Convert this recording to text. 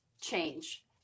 change